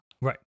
Right